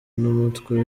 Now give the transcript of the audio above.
n’umutwe